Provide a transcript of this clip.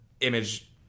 image